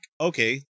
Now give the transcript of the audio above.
okay